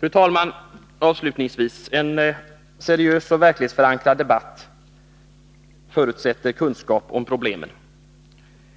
Fru talman! Avslutningsvis: En seriös och verklighetsförankrad debatt förutsätter kunskap om problemen.